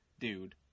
Dude